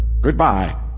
Goodbye